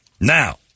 Now